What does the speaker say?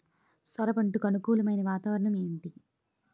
సొర పంటకు అనుకూలమైన వాతావరణం ఏంటి?